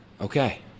Okay